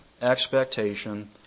expectation